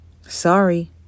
Sorry